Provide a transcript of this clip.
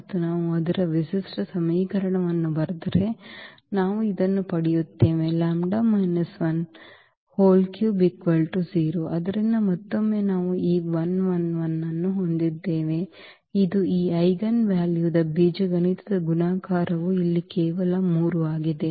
ಮತ್ತು ನಾವು ಅದರ ವಿಶಿಷ್ಟ ಸಮೀಕರಣವನ್ನು ಬರೆದರೆ ನಾವು ಇದನ್ನು ಪಡೆಯುತ್ತೇವೆ ಆದ್ದರಿಂದ ಮತ್ತೊಮ್ಮೆ ನಾವು ಈ ಅನ್ನು ಹೊಂದಿದ್ದೇವೆ ಇದು ಈ ಐಜೆನ್ ವ್ಯಾಲ್ಯೂದ ಬೀಜಗಣಿತದ ಗುಣಾಕಾರವು ಈಗ ಕೇವಲ 3 ಆಗಿದೆ